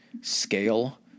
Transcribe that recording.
scale